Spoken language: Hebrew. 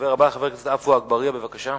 חבר הכנסת הבא, עפו אגבאריה, בבקשה.